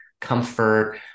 comfort